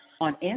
on